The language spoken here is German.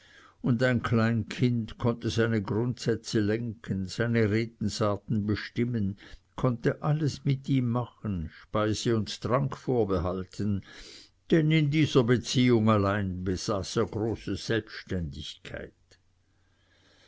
und ein klein kind konnte seine grundsätze lenken seine redensarten bestimmen konnte alles mit ihm machen speise und trank vorbehalten denn in dieser beziehung alleine besaß er große selbständigkeit